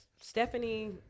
Stephanie